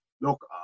look